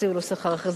יציעו לו שכר אחר.